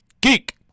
geek